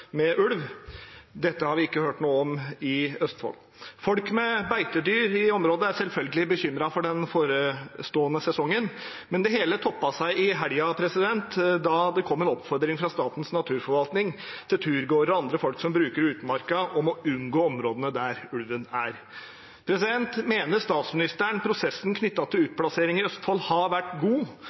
med ulv. Dette har vi ikke hørt noe om i Østfold. Folk med beitedyr i områdene er selvfølgelig bekymret for den forestående sesongen. Det hele toppet seg i helgen da det kom en oppfordring fra Statens naturoppsyn til turgåere og andre folk som bruker utmarka, om å unngå områdene der ulven er. Mener statsministeren at prosessen knyttet til utplassering i Østfold har vært god?